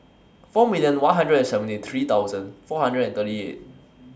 four million one hundred and seventy three thousand four hundred and thirty eight